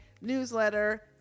newsletter